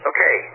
Okay